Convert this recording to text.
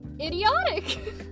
idiotic